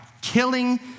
killing